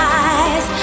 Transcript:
eyes